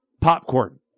popcorn